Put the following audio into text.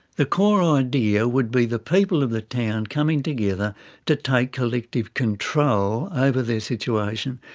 the core idea would be the people of the town coming together to take collective control over their situation,